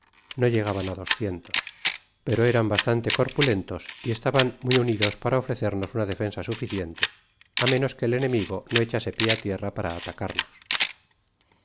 no llegaban á doscientos pero eran bastante corpulentos y estaban muy unidos para ofrecernos una defensa suficiente á menos que el enemigo no echase pié á tierra para atacarnos